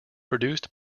produced